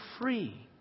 free